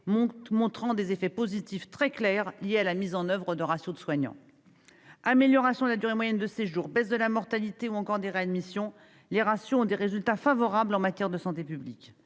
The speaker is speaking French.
montrent des effets positifs très clairs liés à la mise en oeuvre de ratios de soignants. Amélioration de la durée moyenne de séjour, baisse de la mortalité ou encore des réadmissions : l'instauration de ratios a des effets favorables en matière de santé publique.